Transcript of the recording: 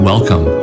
Welcome